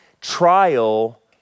trial